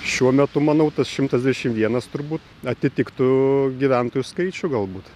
šiuo metu manau tas šimtas dvidešim vienas turbū atitiktų gyventojų skaičių galbūt